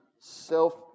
self